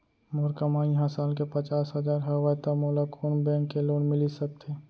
मोर कमाई ह साल के पचास हजार हवय त मोला कोन बैंक के लोन मिलिस सकथे?